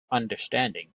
understanding